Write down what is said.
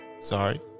sorry